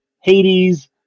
Hades